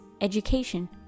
education